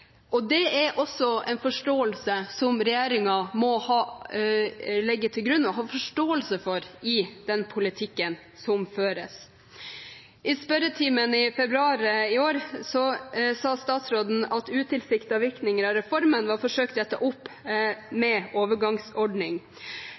Det er også en forståelse som regjeringen må legge til grunn i den politikken som føres. I spørretimen i februar i år sa statsråden at utilsiktede virkninger av reformen var forsøkt rettet opp med overgangsordning.